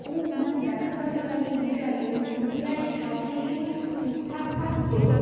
খুব মানে দেখা দরকার এই বিষয়ে যে পুরুলিয়ার সব কিছু ঠিকঠাক থাকতেও